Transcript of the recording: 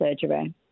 surgery